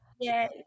Yay